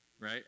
Right